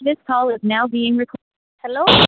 hello